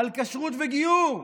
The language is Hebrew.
על כשרות וגיור.